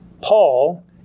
Paul